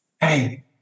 Hey